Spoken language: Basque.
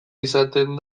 izaten